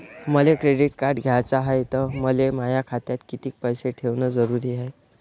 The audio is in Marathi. मले क्रेडिट कार्ड घ्याचं हाय, त मले माया खात्यात कितीक पैसे ठेवणं जरुरीच हाय?